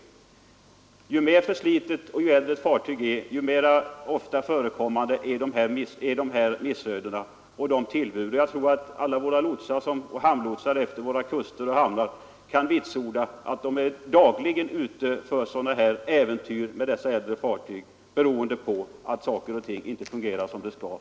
Ju äldre och ju mer förslitet ett fartyg är, desto mera ofta förekommande är missöden och olyckstillbud. Jag tror att alla lotsar och hamnlotsar som tjänstgör vid kuster och hamnar i vårt land kan vitsorda att de dagligen råkar ut för äventyr med dessa äldre fartyg, beroende på att saker och ting plötsligt havererar.